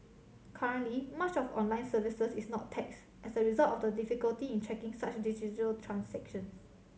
currently much of online services is not taxed as a result of the difficulty in tracking such digital transactions